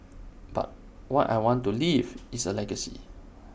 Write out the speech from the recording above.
but what I want to leave is A legacy